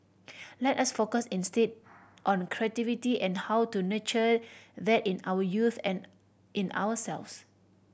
let us focus instead on creativity and how to nurture that in our youth and in ourselves